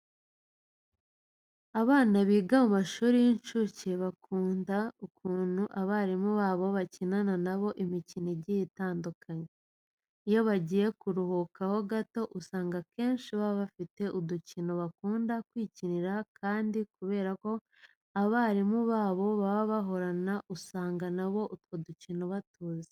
Abana biga mu mashuri y'incuke bakunda ukuntu abarimu babo bakinana na bo imikino igiye itandukanye. Iyo bagiye mu karuhuko gato usanga akenshi baba bafite udukino bakunda kwikinira kandi kubera ko abarimu babo baba bahorana usanga na bo utwo dukino batuzi.